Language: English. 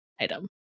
item